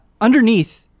underneath